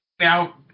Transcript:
Now